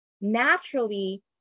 naturally